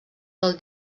del